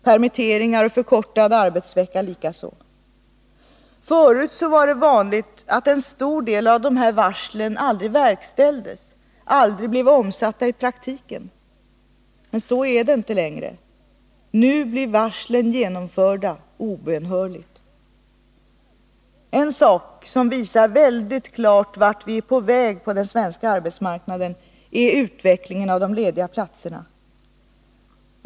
Permitteringar och förkortad arbetsvecka likaså. Förut var det vanligt att en stor del av dessa varsel aldrig verkställdes, aldrig blev omsatta i praktiken. Så är det inte längre. Nu blir varslen genomförda, obönhörligt. En sak som väldigt klart visar vart vi är på väg på den svenska arbetsmarknaden är utvecklingen när det gäller de lediga platserna.